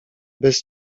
bez